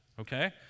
Okay